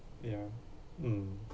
ya mm